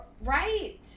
Right